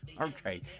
okay